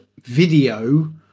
video